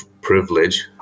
privilege